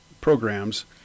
programs